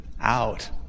out